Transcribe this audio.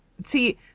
See